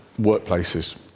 workplaces